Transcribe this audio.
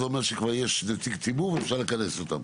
זה אומר שכבר יש נציג ציבור ואפשר לכנס אותה.